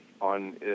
on